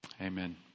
Amen